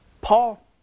Paul